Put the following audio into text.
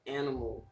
animal